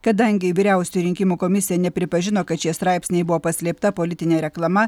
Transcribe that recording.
kadangi vyriausioji rinkimų komisija nepripažino kad šie straipsniai buvo paslėpta politinė reklama